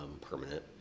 permanent